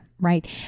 Right